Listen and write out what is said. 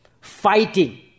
fighting